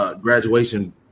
graduation